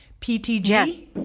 PTG